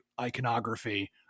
iconography